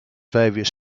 various